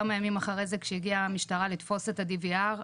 כמה ימים אחרי זה כשהגיעה המשטרה לתפוס את ה-DVR,